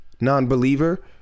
non-believer